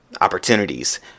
opportunities